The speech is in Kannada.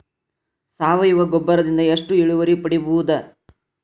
ಸಾವಯವ ಗೊಬ್ಬರದಿಂದ ಎಷ್ಟ ಇಳುವರಿ ಪಡಿಬಹುದ?